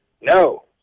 No